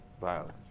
violence